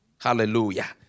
Hallelujah